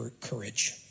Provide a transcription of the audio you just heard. courage